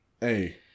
Hey